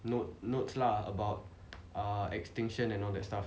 note notes lah about err extinction and all that stuff